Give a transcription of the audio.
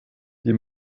die